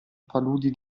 paludi